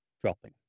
dropping